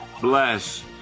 bless